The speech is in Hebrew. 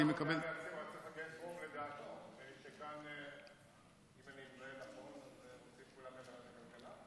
אם אני מזהה נכון, אז רוצים כולם ועדת הכלכלה.